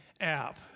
app